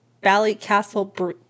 Ballycastle